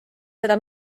seda